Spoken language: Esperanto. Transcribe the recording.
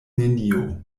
nenio